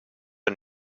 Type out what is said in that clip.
een